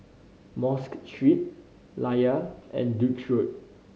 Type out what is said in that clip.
Mosque Street Layar and Duke's Road